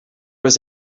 was